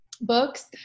books